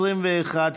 בוועדה